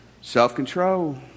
Self-control